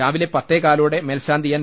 രാവിലെ പത്തേകാലോടെ മേൽശാന്തി എൻ